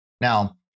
now